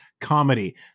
comedy